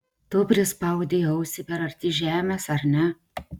tu prispaudei ausį per arti žemės ar ne